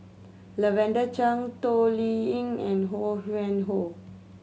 Lavender Chang Toh Liying and Ho Yuen Hoe